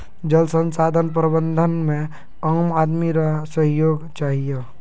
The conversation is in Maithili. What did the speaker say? जल संसाधन प्रबंधन मे आम आदमी रो सहयोग चहियो